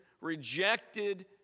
rejected